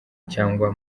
cyangwa